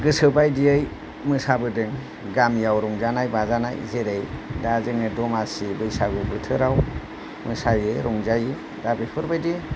गोसोबादियै मोसाबोदों गामियाव रंजानाय बाजानाय जेरै दा जोङो दमासि बैसागु बोथोराव मोसायो रंजायो दा बेफोरबादि